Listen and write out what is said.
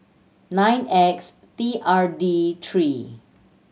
nine X T R D three